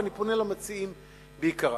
ואני פונה למציעים בעיקר.